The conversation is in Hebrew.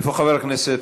איפה חבר הכנסת?